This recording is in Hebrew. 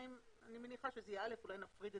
אני מניחה שזה יהיה (א) ואולי נפריד את